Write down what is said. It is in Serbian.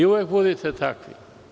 Uvek budite takvi.